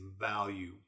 value